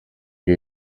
bwe